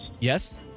Yes